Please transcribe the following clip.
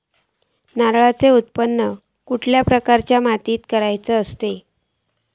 नारळाचा उत्त्पन कसल्या प्रकारच्या मातीत करूचा असता?